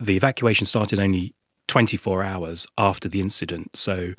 the evacuation started only twenty four hours after the incident, so